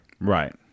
Right